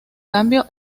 cambio